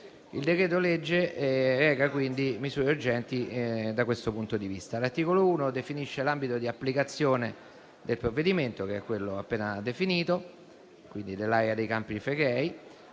Il decreto-legge reca quindi misure urgenti da questo punto di vista. L'articolo 1 definisce l'ambito di applicazione del provvedimento, che è quello appena definito dell'area dei Campi Flegrei.